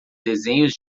desenhos